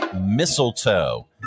Mistletoe